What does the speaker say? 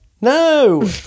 No